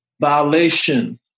violation